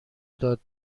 داد